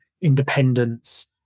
independence